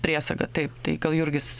priesaga taip tai gal jurgis